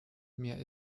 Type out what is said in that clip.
mir